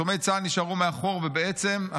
יתומי צה"ל נשארו מאחור, ובעצם,